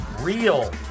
real